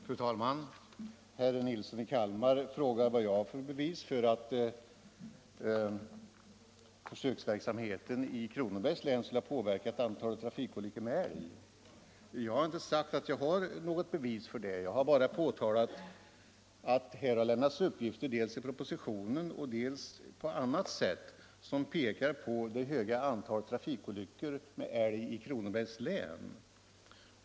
Fru talman! Herr Nilsson i Kalmar frågar vad jag har för bevis för att försöksverksamheten i Kronobergs län skulle ha påverkat antalet trafikolyckor med älg. Jag har inte sagt att jag har något bevis för det. Jag har påtalat att här har lämnats uppgifter dels i propositionen, dels på annat sätt om det stora antalet trafikolyckor med älg i Kronobergs län.